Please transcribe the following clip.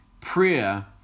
Prayer